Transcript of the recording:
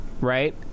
right